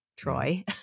Troy